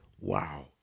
wow